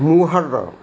Muharram